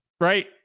Right